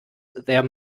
there